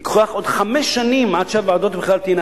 ייקח עוד חמש שנים עד שהוועדות בכלל תהיינה